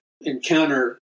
encounter